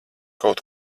kaut